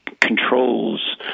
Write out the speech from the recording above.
controls